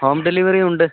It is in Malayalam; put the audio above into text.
ഹോം ഡെലിവറിയും ഉണ്ട്